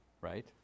right